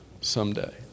someday